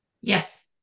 Yes